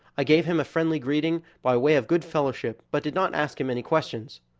i gave him a friendly greeting by way of good fellowship, but did not ask him any questions.